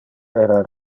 era